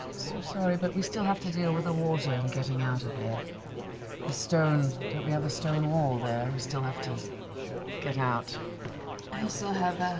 so sorry, but we still have to deal with the water and getting out of here. a stone don't we have a stone wall there? we still have to get out. marisha i still have